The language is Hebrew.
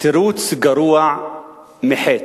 תירוץ גרוע מחטא.